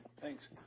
Thanks